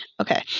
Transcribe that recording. Okay